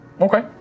Okay